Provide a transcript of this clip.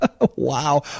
Wow